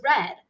red